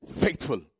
faithful